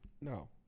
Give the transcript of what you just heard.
No